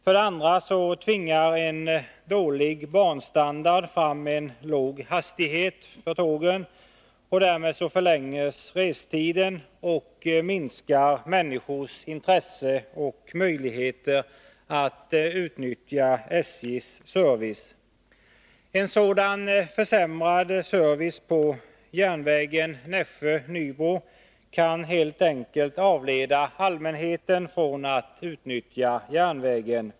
För det andra tvingar en dålig banstandard fram en låg tåghastighet, som förlänger restiden och minskar människors intresse och möjligheter att utnyttja SJ:s service. En sådan försämrad service på järnvägen Nässjö-Nybro kan helt enkelt avhålla allmänheten från att utnyttja järnvägen.